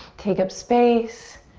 take up space.